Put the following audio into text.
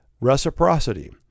reciprocity